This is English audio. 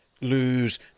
lose